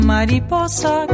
Mariposa